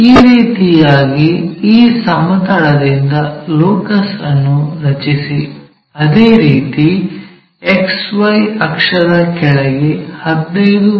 ಈ ರೀತಿಯಾಗಿ ಈ ಸಮತಲದಿಂದ ಲೋಕಸ್ ಅನ್ನು ರಚಿಸಿ ಅದೇ ರೀತಿ XY ಅಕ್ಷದ ಕೆಳಗೆ 15 ಮಿ